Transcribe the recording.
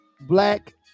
black